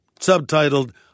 subtitled